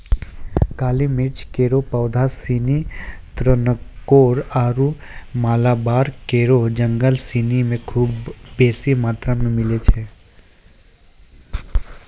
काली मिर्च केरो पौधा सिनी त्रावणकोर आरु मालाबार केरो जंगल सिनी म खूब बेसी मात्रा मे मिलै छै